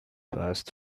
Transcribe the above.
passed